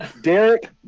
Derek